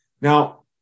Now